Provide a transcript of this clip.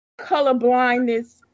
colorblindness